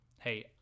hey